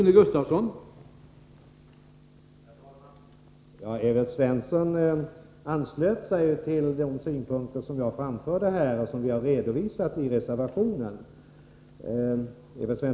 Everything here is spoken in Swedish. Herr talman! Evert Svensson anslöt sig till de synpunkter jag framförde och som vi har redovisat i vår reservation.